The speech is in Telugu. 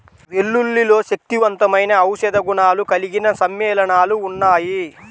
వెల్లుల్లిలో శక్తివంతమైన ఔషధ గుణాలు కలిగిన సమ్మేళనాలు ఉన్నాయి